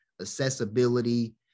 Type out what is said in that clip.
Accessibility